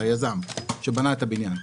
ליזם שבנה את הבניין,